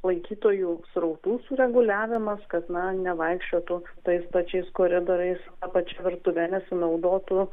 lankytojų srautų sureguliavimas kad na nevaikščiotų tais pačiais koridoriais ta pačia virtuve nesinaudotų